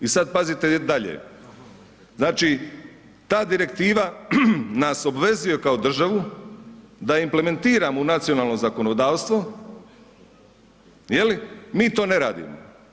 I sad pazite dalje, znači t direktiva nas obvezuje kao državu da implementiramo u nacionalno zakonodavstvo je li, mi to ne radimo.